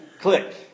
click